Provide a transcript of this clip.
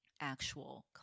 actual